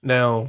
Now